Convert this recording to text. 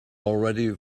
already